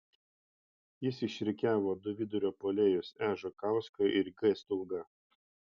jis išrikiavo du vidurio puolėjus e žukauską ir g stulgą